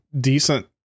decent